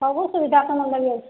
ସବୁ ସୁବିଧା ତମର୍ ଲାଗି ଅଛେ